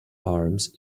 arms